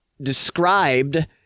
described